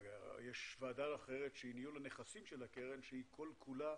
יש ועדה אחרת לניהול הנכסים שהיא כל כולה